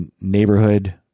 neighborhood